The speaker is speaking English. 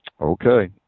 Okay